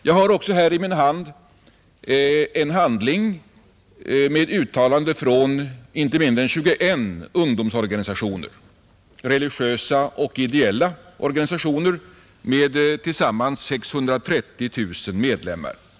Jag har också i min hand ett uttalande från inte mindre än 21 religiösa och ideella ungdomsorganisationer med tillsammans 630 000 medlemmar.